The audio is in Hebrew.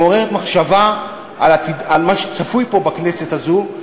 מעוררת מחשבה על מה שצפוי פה, בכנסת הזאת.